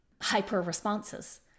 hyper-responses